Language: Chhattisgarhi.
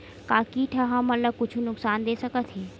का कीट ह हमन ला कुछु नुकसान दे सकत हे?